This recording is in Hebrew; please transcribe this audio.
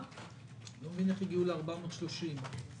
אני לא מבין איך הגיעו ל-430 שקל.